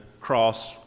cross